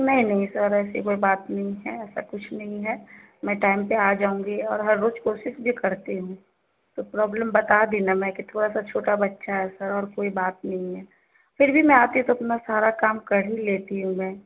نہیں نہیں سر ایسی کوئی بات نہیں ہے ایسا کچھ نہیں ہے میں ٹائم پہ آ جاؤں گی اور ہر روز کوشش بھی کرتی ہوں تو پرابلم بتا دی نا میں کہ تھوڑا سا چھوٹا بچہ ہے سر اور کوئی بات نہیں ہے پھر بھی میں آتی ہوں تو اپنا سارا کام کر ہی لیتی ہوں میں